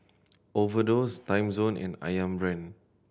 Overdose Timezone and Ayam Brand